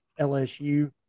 LSU